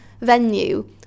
venue